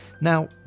now